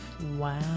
Wow